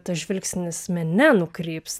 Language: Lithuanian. tas žvilgsnis nenukryps